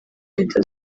leta